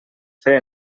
fer